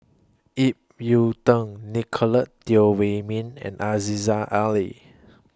Ip Yiu Tung Nicolette Teo Wei Min and Aziza Ali